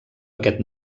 aquest